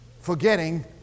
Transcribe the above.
forgetting